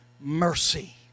mercy